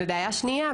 בעיה שנייה,